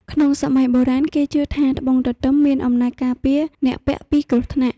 ក្នុងសម័យបុរាណ គេជឿថាត្បូងទទឹមមានអំណាចការពារអ្នកពាក់ពីគ្រោះថ្នាក់។